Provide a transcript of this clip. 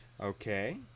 Okay